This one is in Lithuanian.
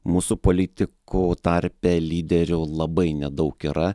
mūsų politikų tarpe lyderių labai nedaug yra